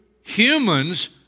humans